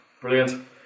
Brilliant